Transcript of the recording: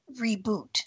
reboot